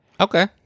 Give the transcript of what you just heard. Okay